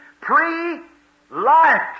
pre-life